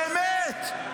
באמת.